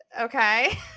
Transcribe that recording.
Okay